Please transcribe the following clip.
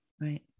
right